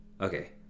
okay